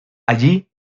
allí